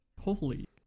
Holy